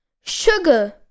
sugar